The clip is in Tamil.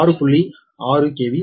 6 KV மற்றும் எதிர்வினை 0